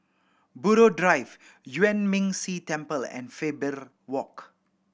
Buroh Drive Yuan Ming Si Temple and Faber Walk